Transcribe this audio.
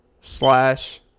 Slash